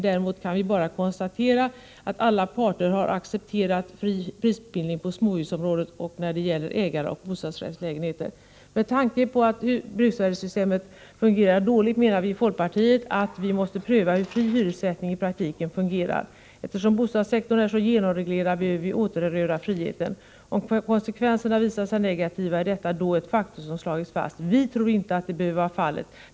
Däremot kan vi bara konstatera att alla parter har accepterat fri prisbildning på småhusområdet och när det gäller ägaroch bostadsrättslägenheter. Med tanke på att bruksvärdessystemet fungerar dåligt, menar vi i folkpartiet att vi borde pröva hur fri hyressättning i praktiken fungerar. Eftersom bostadssektorn är så genomreglerad som den är behöver vi återerövra friheten. Om konsekvenserna visar sig negativa är detta då ett faktum som slagits fast. Vi tror inte att det behöver bli fallet.